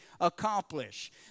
accomplish